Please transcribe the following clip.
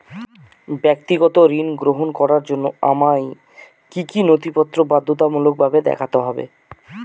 ব্যক্তিগত ঋণ গ্রহণ করার জন্য আমায় কি কী নথিপত্র বাধ্যতামূলকভাবে দেখাতে হবে?